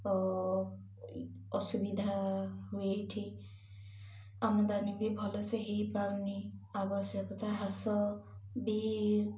ଅସୁବିଧା ହୁଏ ଏଠି ଆମଦାନୀ ବି ଭଲସେ ହୋଇପାରୁନି ଆବଶ୍ୟକତା ହ୍ରାସ ବି